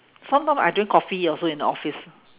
sometime I drink coffee also in the office